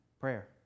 prayer